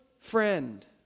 friend